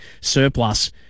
surplus